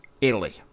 Italy